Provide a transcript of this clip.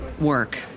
work